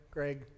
Greg